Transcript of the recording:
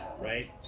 right